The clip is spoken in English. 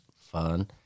fun